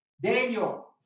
Daniel